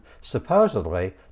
supposedly